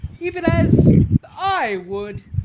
even as i would,